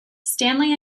stanley